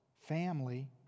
family